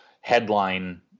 headline